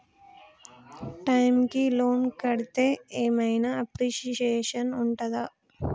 Time కి loan కడ్తే ఏం ఐనా అప్రిషియేషన్ ఉంటదా?